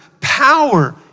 power